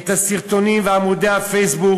את הסרטונים ועמודי הפייסבוק